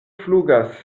flugas